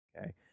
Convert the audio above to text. Okay